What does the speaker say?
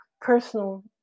personal